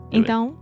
Então